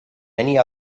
many